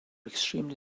extremely